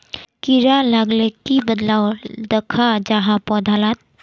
कीड़ा लगाले की बदलाव दखा जहा पौधा लात?